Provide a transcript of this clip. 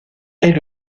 est